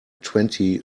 twenty